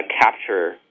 capture